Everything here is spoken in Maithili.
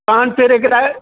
आन तरहके रहय